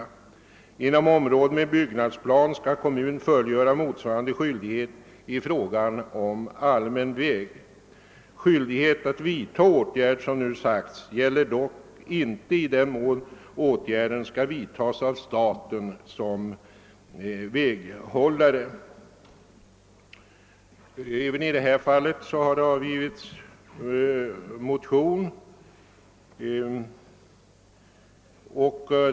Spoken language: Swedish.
Inom område med byggnadsplan skall kommun fullgöra motsvarande skyldighet i fråga om allmän väg. Skyldighet att vidtaga åtgärd som nu sagts gäller dock ej i den mån åtgärden skall vidtagas av staten som väghållare. Även i detta fall har avgivits en motion.